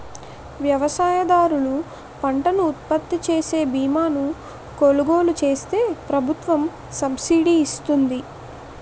వ్యవసాయదారులు పంటను ఉత్పత్తిచేసే బీమాను కొలుగోలు చేస్తే ప్రభుత్వం సబ్సిడీ ఇస్తుంది